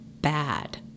bad